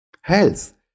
Health